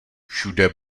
všude